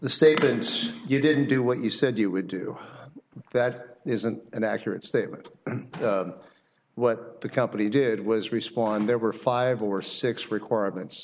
the statement you didn't do what you said you would do that isn't an accurate statement what the company did was respond there were five or six requirements